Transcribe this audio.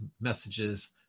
messages